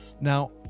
Now